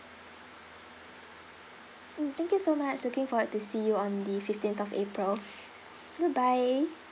mm thank you so much looking forward to see you on the fifteenth of april goodbye